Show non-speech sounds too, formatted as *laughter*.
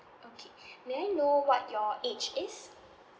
okay *breath* may I know what your age is